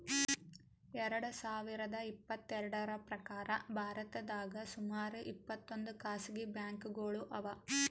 ಎರಡ ಸಾವಿರದ್ ಇಪ್ಪತ್ತೆರಡ್ರ್ ಪ್ರಕಾರ್ ಭಾರತದಾಗ್ ಸುಮಾರ್ ಇಪ್ಪತ್ತೊಂದ್ ಖಾಸಗಿ ಬ್ಯಾಂಕ್ಗೋಳು ಅವಾ